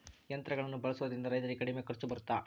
ಯಂತ್ರಗಳನ್ನ ಬಳಸೊದ್ರಿಂದ ರೈತರಿಗೆ ಕಡಿಮೆ ಖರ್ಚು ಬರುತ್ತಾ?